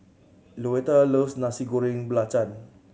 Louetta loves Nasi Goreng Belacan